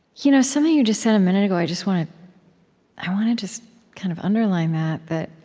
you know something you just said a minute ago, i just want to i want to just kind of underline that that